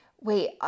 wait